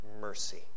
Mercy